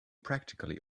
practically